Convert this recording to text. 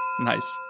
Nice